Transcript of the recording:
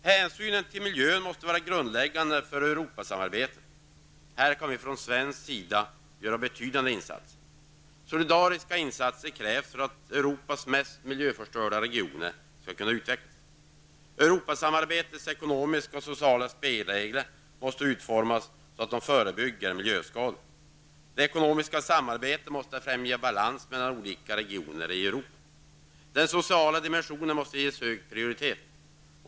Hänsynen till miljön måste vara grundläggande för Europasamarbetet. Här kan vi från svensk sida göra betydande insatser. Solidariska insatser krävs för att Europas mest miljöförstörda regioner skall kunna utvecklas. Europasamarbetets ekonomiska och sociala spelregler måste utformas så, att de förebygger miljöskador. Det ekonomiska samarbetet måste främja balans mellan olika regioner i Europa. Den sociala dimensionen måste ges hög prioritet.